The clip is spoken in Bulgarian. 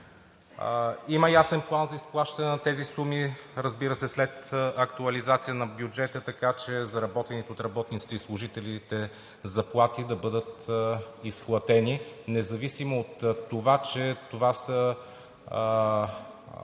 Има ясен план за изплащане на тези суми, разбира се, след актуализация на бюджета, така че заработените от работниците и служителите заплати да бъдат изплатени, независимо от това че това са